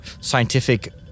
scientific